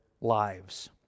lives